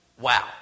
wow